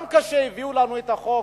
גם כשהביאו לנו את החוק,